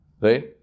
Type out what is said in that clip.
Right